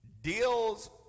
deals